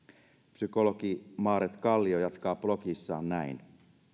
psykologi maaret kallio jatkaa blogissaan näin